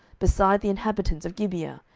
beside the inhabitants of gibeah,